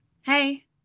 Hey